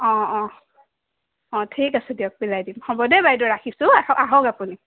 অঁ অঁ অঁ ঠিক আছে দিয়ক মিলাই দিম হ'ব দেই বাইদেউ ৰাখিছোঁ আহক আহক আপুনি